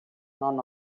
non